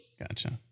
Gotcha